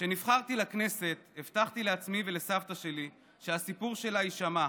כשנבחרתי לכנסת הבטחתי לעצמי ולסבתא שלי שהסיפור שלה יישמע,